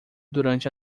durante